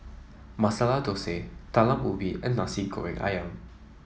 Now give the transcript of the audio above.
Masala Thosai Talam Ubi and Nasi Goreng ayam